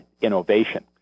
innovation